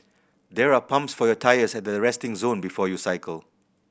there are pumps for your tyres at the resting zone before you cycle